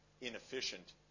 inefficient